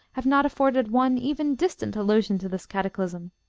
have not afforded one, even distant, allusion to this cataclysm.